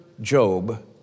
Job